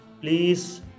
Please